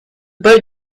boat